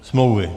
Smlouvy.